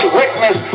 witness